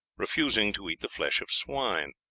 refusing to eat the flesh of swine.